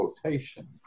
quotation